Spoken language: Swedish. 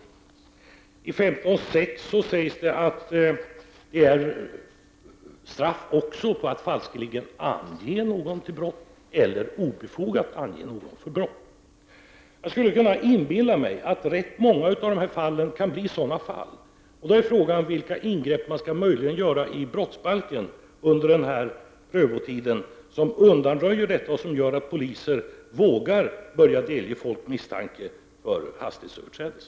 I 6 § sägs att det är straff på att falskeligen ange någon för brott eller obefogat ange någon för brott. Jag skulle kunna föreställa mig att rätt många av dessa fall kan bli just sådana fall. Då är frågan vilka ingrepp man möjligen skall göra i brottsbalken under den här prövotiden som undanröjer detta och som gör att polisen vågar börja delge folk misstanke om hastighetsöverträdelse.